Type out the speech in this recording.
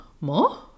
more